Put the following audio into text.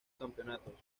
campeonatos